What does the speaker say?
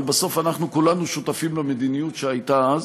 אבל בסוף אנחנו כולנו שותפים למדיניות שהייתה אז,